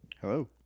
Hello